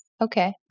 Okay